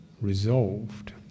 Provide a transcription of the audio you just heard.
resolved